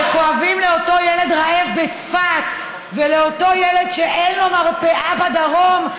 שכואבים לאותו ילד רעב בצפת ולאותו ילד שאין לו מרפאה בדרום,